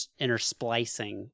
intersplicing